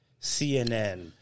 CNN